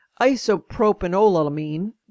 isopropanolamine